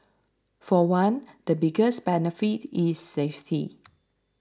for one the biggest benefit is safety